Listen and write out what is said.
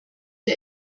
der